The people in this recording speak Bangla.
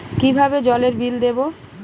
কিভাবে জলের বিল দেবো?